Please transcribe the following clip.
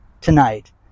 tonight